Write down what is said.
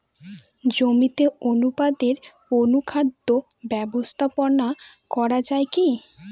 জমিতে অনুপাতে অনুখাদ্য ব্যবস্থাপনা করা য়ায় কি?